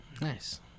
nice